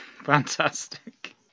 Fantastic